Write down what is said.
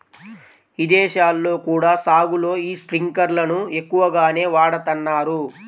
ఇదేశాల్లో కూడా సాగులో యీ స్పింకర్లను ఎక్కువగానే వాడతన్నారు